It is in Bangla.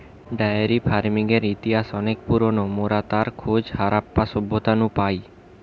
ডায়েরি ফার্মিংয়ের ইতিহাস অনেক পুরোনো, মোরা তার খোঁজ হারাপ্পা সভ্যতা নু পাই